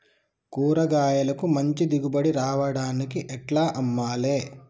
కూరగాయలకు మంచి దిగుబడి రావడానికి ఎట్ల అమ్మాలే?